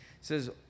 says